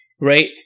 right